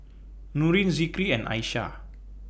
Nurin Zikri and Aishah